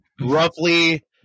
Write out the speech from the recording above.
roughly